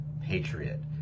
patriot